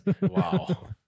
Wow